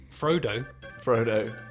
Frodo